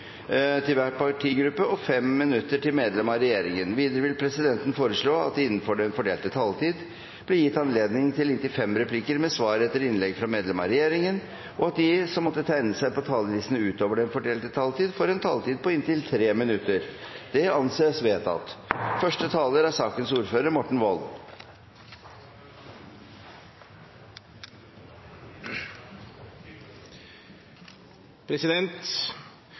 til 5 minutter til hver partigruppe og 5 minutter til medlem av regjeringen. Videre vil presidenten foreslå at det blir gitt anledning til inntil fem replikker med svar etter innlegg fra medlem av regjeringen innenfor den fordelte taletid, og at de som måtte tegne seg på talerlisten utover den fordelte taletid, får en taletid på inntil 3 minutter. – Det anses vedtatt.